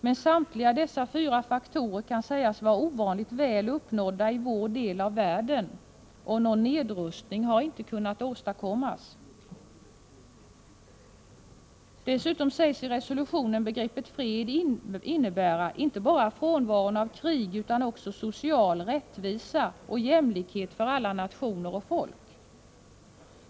Men samtliga dessa fyra faktorer kan sägas vara ovanligt väl uppnådda i vår del av världen, och någon nedrustning har ändå inte kunnat åstadkommas. Dessutom sägs det i resolutionen att begreppet fred innebär ”inte bara frånvaron av krig utan också social rättvisa och jämlikhet för alla nationer och folk”.